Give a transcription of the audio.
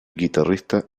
guitarrista